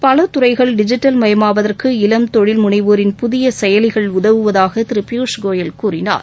பல துறைகள் டிஜிட்டல் மயமாவதற்கு இளம் தொழில் முனைவோரின் புதிய செயலிகள் உதவுவதாக திரு பியூஸ் கோயல் கூறினார்